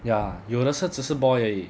ya 有的是只是 boil 而已